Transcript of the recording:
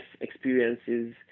experiences